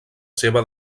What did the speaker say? seva